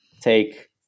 take